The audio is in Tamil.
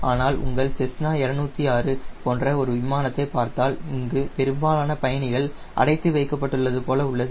ஆனால் உங்கள் செஸ்னா 206 போன்ற ஒரு விமானத்தைப் பார்த்தால் இங்கு பெரும்பாலான பயணிகள் அடைத்து வைக்கப்பட்டது போல உள்ளது